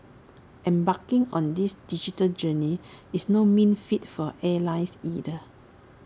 embarking on this digital journey is no mean feat for airlines either